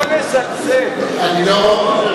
לא לזלזל, אני אומר.